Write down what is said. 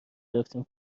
رفتیم